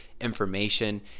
information